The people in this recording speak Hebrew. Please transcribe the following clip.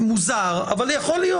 מוזר, אבל יכול להיות.